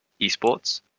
esports